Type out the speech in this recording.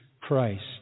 Christ